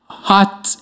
Hot